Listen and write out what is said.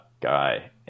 guy